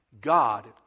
God